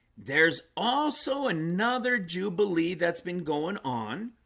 there's also another jubilee that's been going on